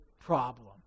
problem